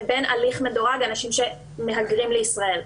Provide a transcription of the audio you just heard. לבין הליך מדורג של אנשים שמהגרים לישראל.